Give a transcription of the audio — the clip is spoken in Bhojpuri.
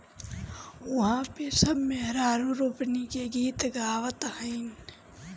उहा पे सब मेहरारू रोपनी के गीत गावत हईन